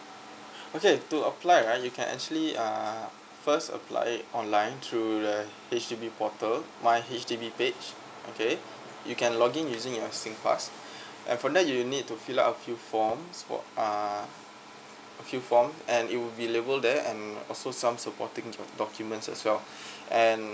okay to apply right you can actually uh first apply online through the H_D_B portal my H_D_B page okay you can login using your singpass err from there you need to fill up a few form spot uh a few form and it will be label there and also some supporting documents as well and